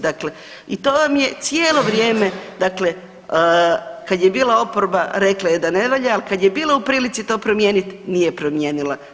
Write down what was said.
Dakle, i to vam je cijelo vrijeme dakle kada je bila oporba rekla je da ne valja, ali kada je bila u prilici to promijeniti, nije promijenila.